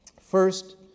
First